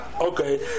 okay